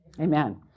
Amen